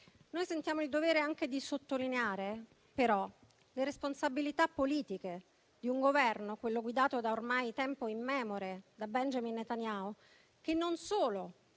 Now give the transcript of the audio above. anche il dovere di sottolineare le responsabilità politiche di un Governo, quello guidato da ormai tempo immemore da Benjamin Netanyahu, che non solo